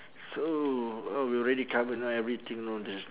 so uh we already covered know everything know the